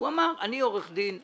הוא אמר: אני עורך דין שטרום,